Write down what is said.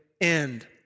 end